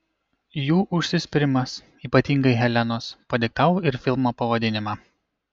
jų užsispyrimas ypatingai helenos padiktavo ir filmo pavadinimą